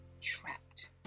trapped